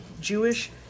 Jewish